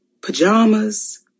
pajamas